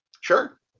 Sure